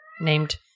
named